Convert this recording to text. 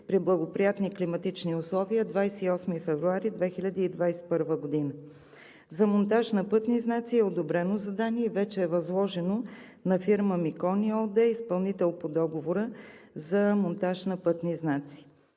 при благоприятни климатични условия е 28 февруари 2021 г. За монтаж на пътни знаци е одобрено задание и вече възложено на фирма „Микони“ ООД, изпълнител по договора за монтаж на пътни знаци.